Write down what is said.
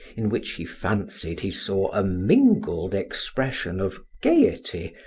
in which he fancied he saw a mingled expression of gaiety,